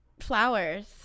flowers